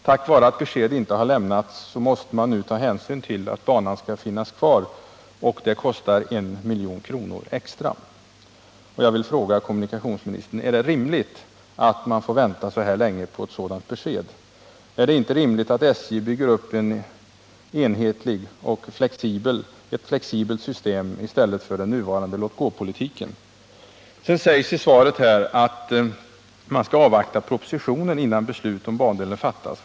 På grund av att besked i den här frågan inte har lämnats måste man i projekteringen räkna med att banan skall finnas kvar, och det kostar 1 milj.kr. extra. Det sägs i svaret att man skall avvakta den trafikpolitiska propositionen, innan beslut om bandelen fattas.